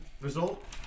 result